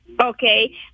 Okay